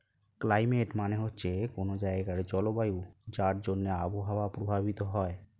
climate মানে হচ্ছে কোনো জায়গার জলবায়ু যার জন্যে আবহাওয়া প্রভাবিত হয়